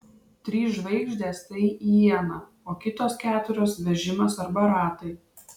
trys žvaigždės tai iena o kitos keturios vežimas arba ratai